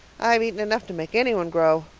i've eaten enough to make anyone grow.